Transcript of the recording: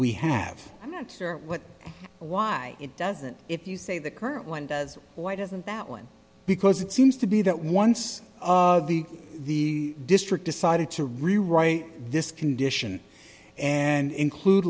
we have i'm not sure what why it doesn't if you say the current one does why doesn't that one because it seems to be that once the the district decided to rewrite this condition and include